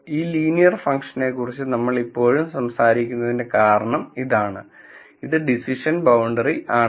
ഈ ലീനിയർ ഫംഗ്ഷനെക്കുറിച്ച് നമ്മൾ ഇപ്പോഴും സംസാരിക്കുന്നതിന്റെ കാരണം ഇതാണ് ഇത് ഡിസിഷൻ ബൌണ്ടറി ആണ്